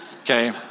okay